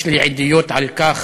יש לי עדויות על כך